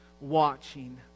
watching